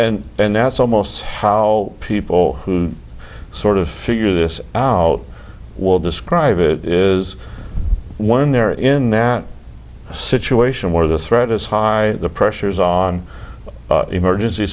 and that's almost how people who sort of figure this out will describe it is one there in that situation where the threat is high the pressures on emergency